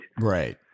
Right